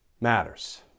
matters